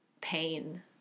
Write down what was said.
pain